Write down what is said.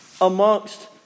amongst